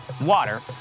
water